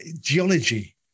geology